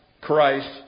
Christ